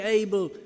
able